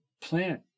plant